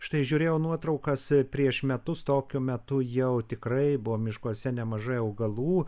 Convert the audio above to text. štai žiūrėjau nuotraukas prieš metus tokiu metu jau tikrai buvo miškuose nemažai augalų